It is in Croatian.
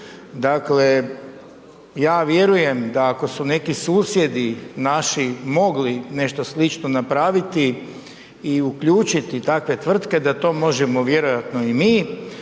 Dakle ja vjerujem da ako su neki susjedi naši mogli nešto slično napraviti i uključiti takve tvrtke da to možemo vjerojatno i mi.